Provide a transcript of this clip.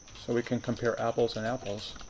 so we can compare apples and apples.